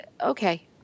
okay